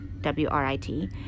W-R-I-T